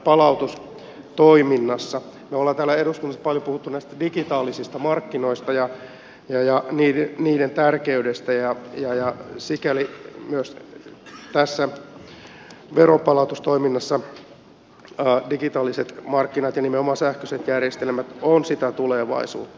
me olemme täällä eduskunnassa paljon puhuneet digitaalisista markkinoista ja niiden tärkeydestä ja sikäli myös veronpalautustoiminnassa digitaaliset markkinat ja nimenomaan sähköiset järjestelmät ovat tulevaisuutta